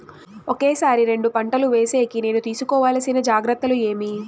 ఒకే సారి రెండు పంటలు వేసేకి నేను తీసుకోవాల్సిన జాగ్రత్తలు ఏమి?